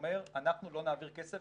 אומרים שהם לא יעבירו כסף,